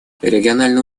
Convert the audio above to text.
региональное